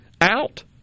out